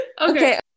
okay